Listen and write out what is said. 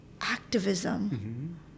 activism